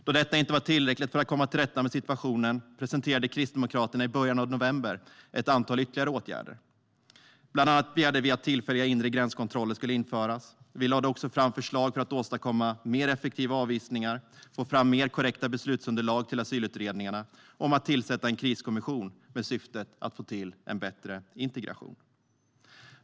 Då detta inte var tillräckligt för att komma till rätta med situationen presenterade Kristdemokraterna i början av november ett antal ytterligare åtgärder. Bland annat begärde vi att tillfälliga inre gränskontroller skulle införas. Vi lade också fram förslag för att åstadkomma mer effektiva avvisningar, få fram mer korrekta beslutsunderlag till asylutredningarna och om att tillsätta en kriskommission med syftet att få till en bättre integration.